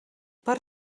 per